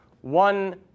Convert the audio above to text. one